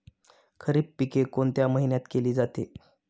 खरीप पिके कोणत्या महिन्यात केली जाते?